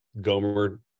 gomer